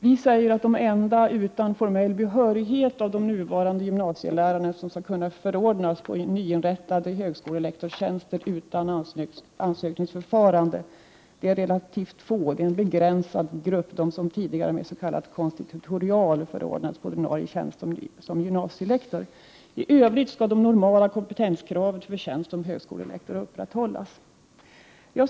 Utskottet menar att de enda av de nuvarande gymnasielärarna utan formell behörighet som kan förordnas på nyinrättade högskolelektortjänster utan ansökningsförfarande är de relativt få som tidigare med konstitutorial förordnats på ordinarie tjänst som gymnasielektor. I övrigt skall det normala kompetenskravet för tjänst som högskolelektor upprätthållas.